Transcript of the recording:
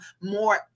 more